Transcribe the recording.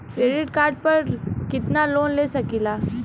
Credit card पर कितनालोन ले सकीला?